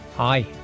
Hi